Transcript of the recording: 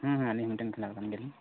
ᱦᱮᱸ ᱦᱮᱸ ᱟᱹᱞᱤᱧ ᱢᱤᱫᱴᱮᱱ ᱠᱷᱮᱞᱳᱰ ᱜᱤᱫᱟᱹᱨ ᱜᱮ